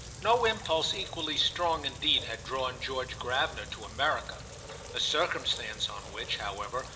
no impulse equally strong indeed had drawn george gravener to america a circumstance on which, however,